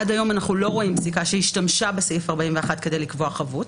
עד היום אנחנו לא רואים בדיקה שהשתמשה בסעיף 41 כדי לקבוע חבות.